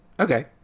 Okay